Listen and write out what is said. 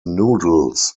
noodles